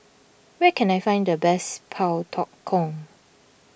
where can I find the best Pak Thong Ko